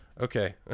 okay